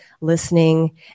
listening